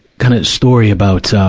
kind of story about, so